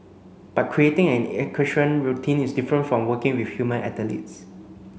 but creating an equestrian routine is different from working with human athletes